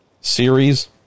series